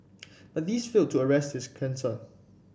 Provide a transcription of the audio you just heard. but these failed to arrest his cancer